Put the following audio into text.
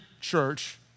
church